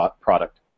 product